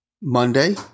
Monday